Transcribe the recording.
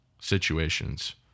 situations